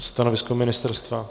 Stanovisko ministerstva?